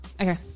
Okay